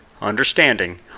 understanding